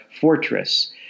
fortress